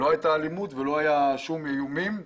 לא הייתה אלימות ולא איומים מצידנו.